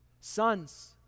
Sons